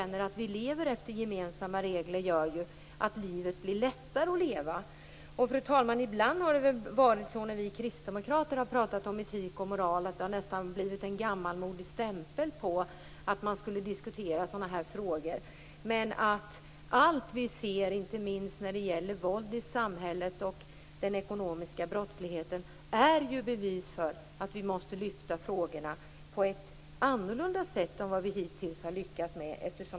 Att leva efter gemensamma regler gör ju att livet blir lättare att leva. Fru talman! Ibland har det varit så att vi kristdemokrater har betraktats som gammalmodiga när vi har talat om etik och moral. Allt vi ser i samhället av våld och ekonomisk brottslighet är bevis för att frågorna måste hanteras på ett annorlunda sätt än vad vi hittills har gjort.